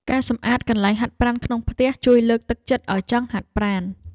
ការសម្អាតកន្លែងហាត់ប្រាណក្នុងផ្ទះ ជួយលើកទឹកចិត្តឱ្យចង់ហាត់ប្រាណ។